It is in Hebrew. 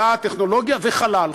מדע, טכנולוגיה וחלל.